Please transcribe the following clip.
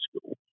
school